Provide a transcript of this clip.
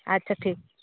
ᱟᱪᱪᱷᱟ ᱴᱷᱤᱠ